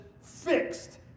fixed